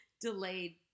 delayed